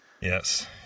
Yes